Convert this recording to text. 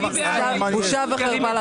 בושה וחרפה.